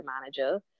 manager